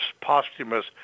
posthumous